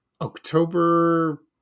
October